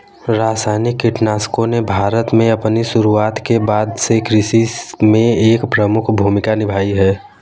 रासायनिक कीटनाशकों ने भारत में अपनी शुरुआत के बाद से कृषि में एक प्रमुख भूमिका निभाई है